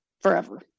forever